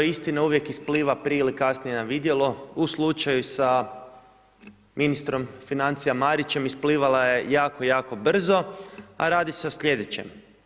Istina uvijek ispliva, prije ili kasnije, na vidjelo, u slučaju sa ministrom financija Marićem, isplivala je jako, jako brzo, a radi se o sljedećem.